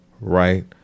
right